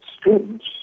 students